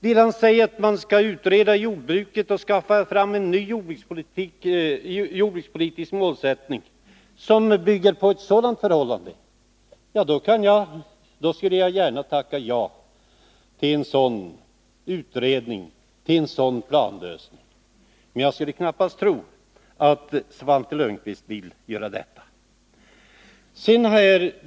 Vill han säga att man skall tillsätta en utredning om jordbruket med syfte att skaffa fram en sådan jordbrukspolitisk målsättning, då skulle jag gärna tacka ja till en utredning. Men jag tror knappast att Svante Lundkvist vill göra detta.